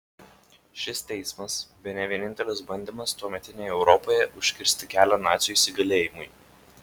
šis teismas bene vienintelis bandymas tuometinėje europoje užkirsti kelią nacių įsigalėjimui